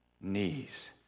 knees